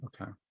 okay